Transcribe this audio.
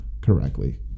correctly